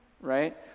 right